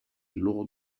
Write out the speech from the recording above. lors